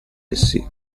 essi